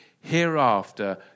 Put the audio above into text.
hereafter